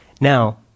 Now